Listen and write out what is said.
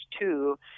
two